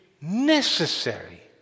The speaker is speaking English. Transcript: necessary